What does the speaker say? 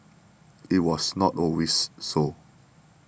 it was not always so